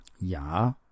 Ja